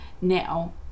now